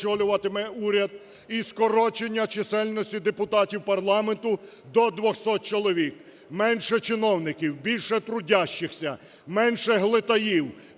і скорочення чисельності депутатів парламенту до 200 чоловік. Менше чиновників, більше трудящихся! Менше глитаїв,